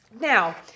Now